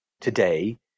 today